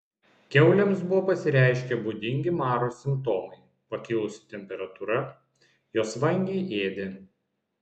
kiaulėms buvo pasireiškę būdingi maro simptomai pakilusi temperatūra jos vangiai ėdė